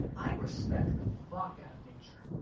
i respect the fuck out of nature.